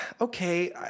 okay